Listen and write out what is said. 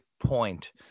point